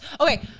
Okay